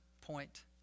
point